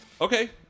Okay